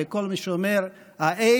וכל מי שאומר "האלה",